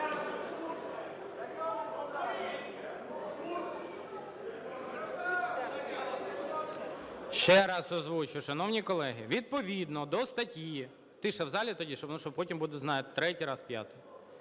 Ще раз озвучу, шановні колеги. Відповідно до статті… Тиша в залі тоді, тому що потім, знаєте, третій раз, п'ятий.